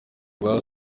rwa